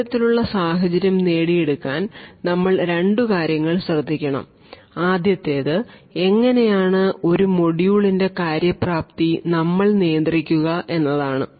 ഇത്തരത്തിലുള്ള സാഹചര്യം നേടിയെടുക്കാൻ നമ്മൾ രണ്ടു കാര്യങ്ങൾ ശ്രദ്ധിക്കണം ആദ്യത്തേത് എങ്ങനെയാണ് ഒരു മൊഡ്യൂൾ ൻറെ കാര്യപ്രാപ്തി നമ്മൾ നിയന്ത്രിക്കുക എന്നതാണ്